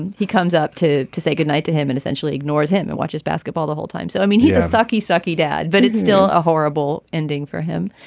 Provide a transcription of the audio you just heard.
and he comes up to to say goodnight to him and essentially ignores him and watches basketball the whole time. so i mean, he's a sucky, sucky dad, but it's still a horrible ending for him.